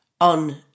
on